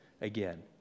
again